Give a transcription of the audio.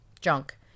junk